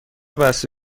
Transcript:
بسته